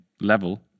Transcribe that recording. level